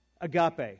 Agape